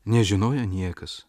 nežinojo niekas